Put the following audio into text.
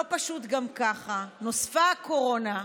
לא פשוט גם ככה, נוספה הקורונה.